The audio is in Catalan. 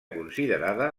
considerada